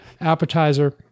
appetizer